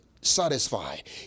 satisfied